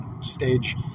stage